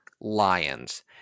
Lions